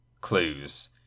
clues